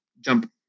jump